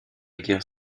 guerre